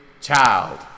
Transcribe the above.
child